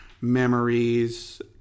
memories